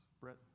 Brett